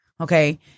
okay